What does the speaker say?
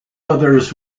others